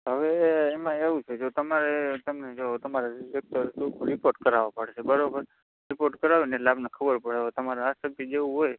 હવે એમાં એવું છે જો તમારે તમને જો તમારે રિપોર્ટ કરાવવા પડશે બરોબર રિપોર્ટ કરાવો ને એટલે આપણે ખબર પડે જો તમારે અશક્તિ જેવું હોય